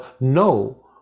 no